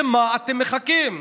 למה אתם מחכים?